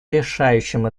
решающем